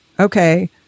Okay